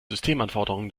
systemanforderungen